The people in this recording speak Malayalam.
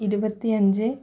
ഇരുപത്തി അഞ്ച്